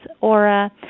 aura